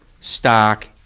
stock